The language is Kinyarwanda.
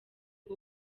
bwo